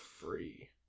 free